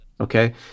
okay